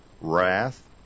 wrath